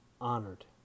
honored